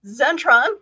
Zentron